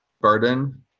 burden